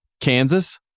Kansas